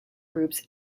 groups